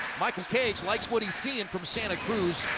michael cage likes what he's seeing from santa cruz,